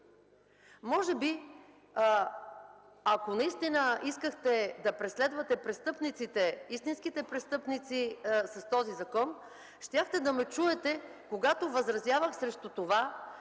МАНОЛОВА: Ако наистина искахте да преследвате престъпниците, истинските престъпници с този закон, щяхте да ме чуете, когато възразявах срещу това,